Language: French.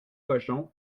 cochons